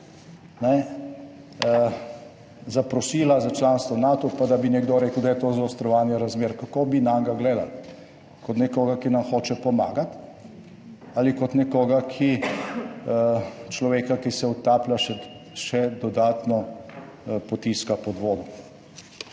zaprosila za članstvo v Natu, pa da bi nekdo rekel, da je to zaostrovanje razmer. Kako bi nanj gledali, kot nekoga, ki nam hoče pomagati, ali kot nekoga, ki človeka, ki se utaplja, še dodatno potiska pod vodo.